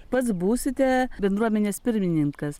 pats būsite bendruomenės pirmininkas